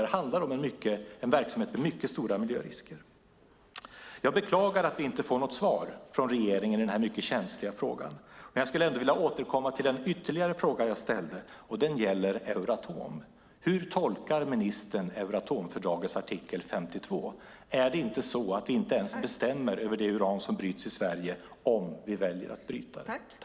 Det handlar alltså om en verksamhet med mycket stora miljörisker. Jag beklagar att vi inte får något svar från regeringen i denna mycket känsliga fråga. Jag skulle ändå vilja återkomma till ytterligare en fråga som jag ställde. Det gäller Euratom. Hur tolkar ministern Euratomfördragets artikel 52? Är det inte så att vi inte ens bestämmer över det uran som bryts i Sverige, om vi väljer att bryta det?